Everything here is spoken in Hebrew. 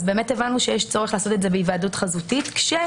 הבנו שיש צורך לעשות את זה בהיוועדות חזותית כאשר